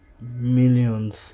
millions